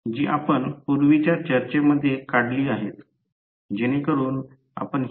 आणि या रोटर चा शेवट तांबेद्वारे जोडलेला आहे